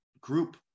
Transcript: group